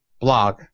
blog